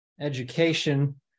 education